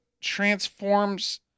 transforms